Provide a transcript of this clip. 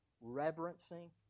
reverencing